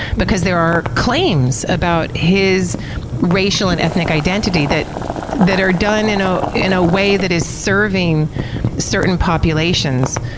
because there are claims about his racial and ethnic identity that that are done in ah in a way that is serving certain populations.